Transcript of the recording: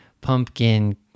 pumpkin